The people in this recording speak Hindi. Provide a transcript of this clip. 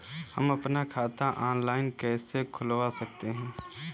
हम अपना खाता ऑनलाइन कैसे खुलवा सकते हैं?